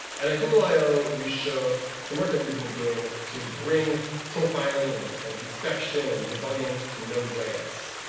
and at google i o, we showed some work that we've been doing to bring profiling and and inspection and debugging to node js.